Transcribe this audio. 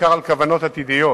בעיקר על כוונות עתידיות.